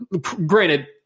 granted